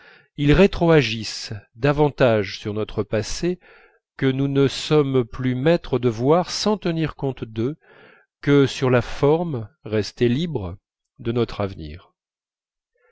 ils rétroagissent davantage sur notre passé que nous ne sommes plus maîtres de voir sans tenir compte d'eux que sur la forme restée libre de notre avenir